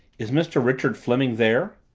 is mr. richard fleming there?